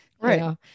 right